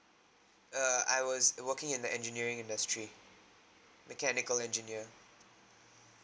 uh I was working in the engineering industry mechanical engineer